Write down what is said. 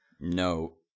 No